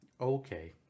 Okay